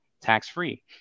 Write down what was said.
tax-free